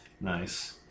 Nice